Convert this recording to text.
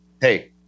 hey